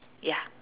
ya